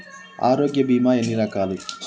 ఆరోగ్య బీమా ఎన్ని రకాలు?